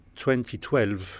2012